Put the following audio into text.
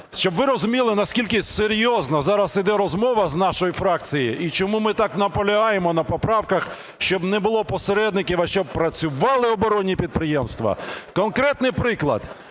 щоб ви розуміли наскільки серйозна зараз іде розмова з нашої фракції і чому ми так наполягаємо на поправках, щоб не було посередників, а щоб працювали оборонні підприємства. Конкретний приклад.